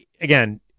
again